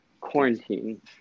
quarantine